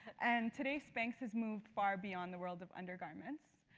and today, spanx has moved far beyond the world of undergarments.